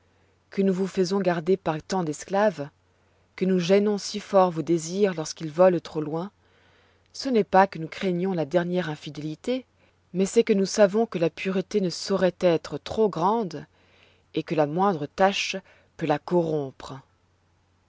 que nous vous faisons garder par tant d'esclaves que nous gênons si fort vos désirs lorsqu'ils volent trop loin ce n'est pas que nous craignions la dernière infidélité mais c'est que nous savons que la pureté ne sauroit être trop grande et que la moindre tache peut la corrompre